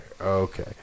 okay